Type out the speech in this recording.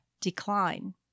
decline